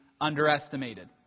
underestimated